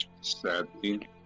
Sadly